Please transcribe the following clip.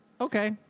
Okay